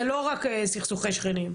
זה לא רק סכסוכי שכנים.